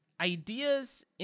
ideas